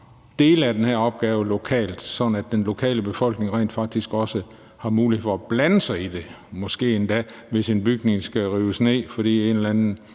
dele af den her opgave lokalt, sådan at den lokale befolkning rent faktisk også har mulighed for at blande sig i det, måske endda hvis en bygning skal rives ned, fordi en eller anden